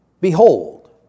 Behold